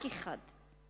רק אחד,